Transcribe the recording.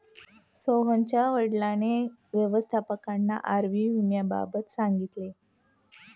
सोहनच्या वडिलांना व्यवस्थापकाने आयुर्विम्याबाबत सांगितले